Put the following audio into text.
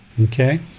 Okay